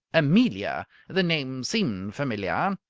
amelia! the name seemed familiar.